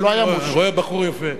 בחור יפה.